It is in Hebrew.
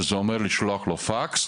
שזה אומר לשלוח לו פקס,